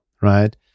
right